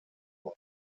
und